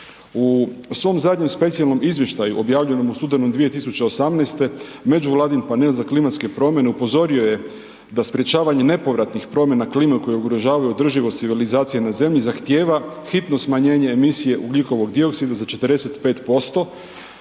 U svom zadnjem specijalnom izvještaju objavljenom u studenom 2018. Međuvladin panel za klimatske promijene upozorio je da sprječavanje nepovratnih promjena klime koje ugrožavaju održivost civilizacije na zemlji zahtijeva hitno smanjenje emisije ugljikovog dioksida za 45%